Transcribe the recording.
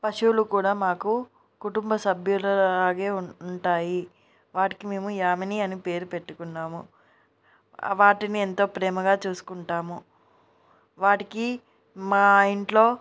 పశువులు కూడా మాకు కుటుంబ సభ్యులలాగే ఉంటాయి వాటికి మేము యామిని అని పేరు పెట్టుకున్నాము వాటిని ఎంతో ప్రేమగా చూసుకుంటాము వాటికి మా ఇంట్లో